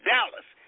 Dallas